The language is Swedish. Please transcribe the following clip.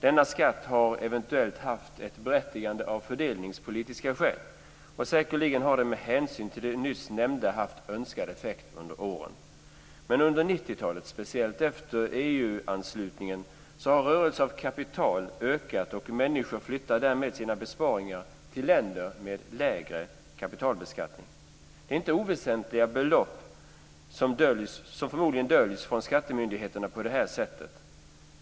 Denna skatt har eventuellt haft ett berättigande av fördelningspolitiska skäl. Säkerligen har den med hänsyn till det nyss nämnda haft önskad effekt under åren. Men under 90-talet och speciellt efter EU-anslutningen har rörelse av kapital ökat, och människor flyttar därmed sina besparingar till länder med lägre kapitalbeskattnning. Det är inte oväsentliga belopp som förmodligen döljs från skattemyndigheterna på detta sätt.